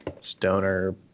Stoner